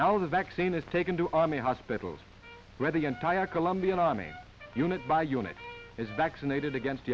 now the vaccine is taken to army hospitals where the entire colombian army unit by unit is vaccinated against